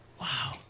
Wow